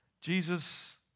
Jesus